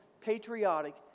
patriotic